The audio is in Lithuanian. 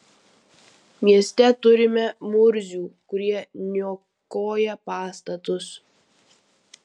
mieste turime murzių kurie niokoja pastatus